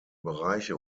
bereiche